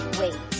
wait